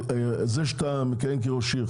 זה שאתה מקיים כראש עיר,